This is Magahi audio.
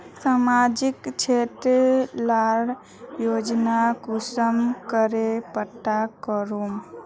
सामाजिक क्षेत्र लार योजना कुंसम करे पता करूम?